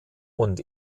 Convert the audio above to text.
und